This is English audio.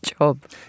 job